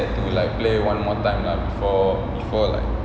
we get to play one more time lah before before like